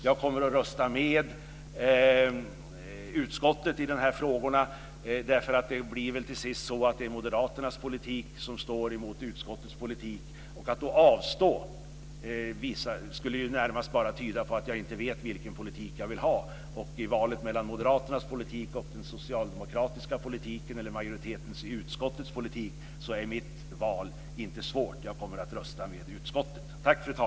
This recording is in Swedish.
Jag kommer att rösta med utskottet i de här frågorna. Det blir väl till sist så att det är moderaternas politik som står mot utskottets politik. Att då avstå skulle närmast bara tyda på att jag inte vet vilken politik jag vill ha. I valet mellan moderaternas politik och socialdemokraternas eller utskottsmajoritetens politik är mitt val inte svårt. Jag kommer att rösta med utskottet.